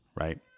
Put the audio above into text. right